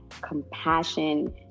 compassion